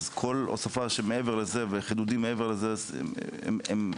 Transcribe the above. אז כל הוספה של מעבר לזה וחידודים מעבר לזה הם ריקים מתוכן.